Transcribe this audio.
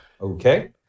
Okay